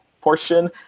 portion